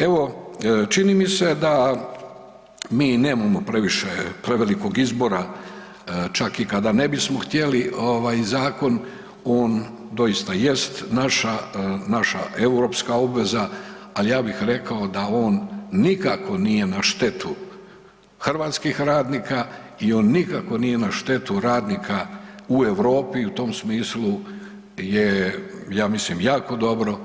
Evo, čini mi se da mi nemamo previše prevelikog izbora čak i kada ne bismo htjeli ovaj zakon on doista jest naša, naša europska obveza, ali ja bih rekao da on nikako nije na štetu hrvatskih radnika i on nikako nije na štetu radnika u Europi i u tom smislu je ja mislim jako dobro